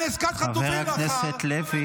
אין עסקת חטופים מחר, חבר הכנסת לוי.